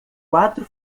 quatro